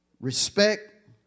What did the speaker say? respect